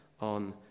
on